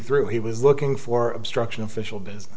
through he was looking for obstruction official business